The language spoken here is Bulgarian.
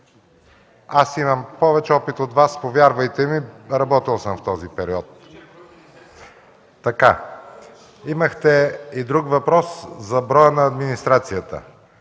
Аз имам повече опит от Вас, повярвайте ми, работил съм в този период. Имахте и друг въпрос – за броя на администрацията.